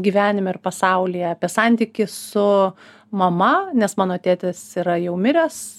gyvenime ir pasaulyje apie santykį su mama nes mano tėtis yra jau miręs